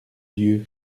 dieu